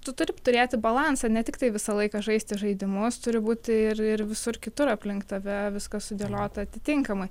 tu turi turėti balansą ne tiktai visą laiką žaisti žaidimus turi būti ir ir visur kitur aplink tave viskas sudėliota atitinkamai